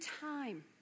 time